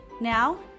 Now